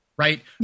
right